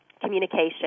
communication